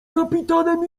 kapitanem